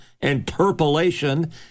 interpolation